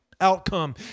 outcome